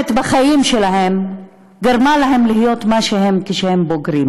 בחיים שלהם גרמה להם להיות מה שהם כשהם בוגרים,